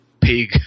pig